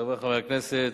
חברי חברי הכנסת,